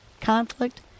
conflict